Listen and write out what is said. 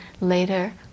later